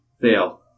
Fail